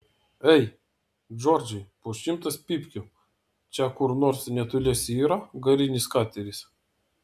ei džordžai po šimtas pypkių čia kur nors netoliese yra garinis kateris